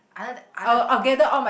other than other than